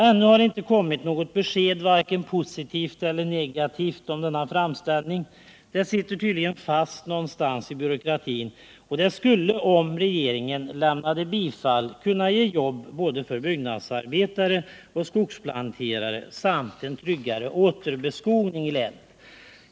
Ännu har det inte kommit något besked, varken positivt eller negativt, om denna framställning. Det sitter tydligen fast någonstans i byråkratin. Det skulle, om regeringen lämnade bifall, kunna ge jobb för både byggnadsarbetare och skogsplanterare samt en tryggare återbeskogning i länet.